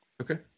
Okay